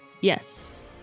Yes